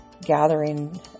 gathering